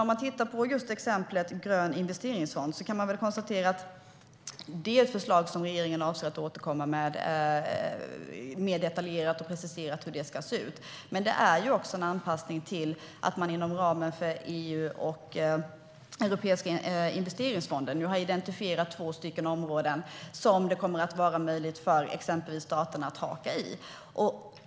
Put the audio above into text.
Om vi tittar på just exemplet med grön investeringsfond kan vi konstatera att det är ett förslag där regeringen avser att återkomma mer detaljerat och preciserat med hur det ska se ut. Det är också en anpassning till att man inom ramen för Europeiska investeringsfonden har identifierat två områden där det kommer att vara möjligt för exempelvis staten att haka på.